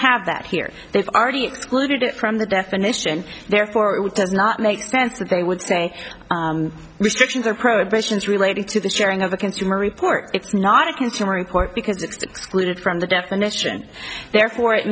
have that here they've already excluded it from the definition therefore it does not make sense that they would say restrictions or prohibitions relating to the sharing of the consumer report it's not a consumer report because it's excluded from the definition therefore it